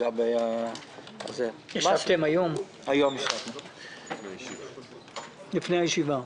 ישבנו היום, לפני הישיבה.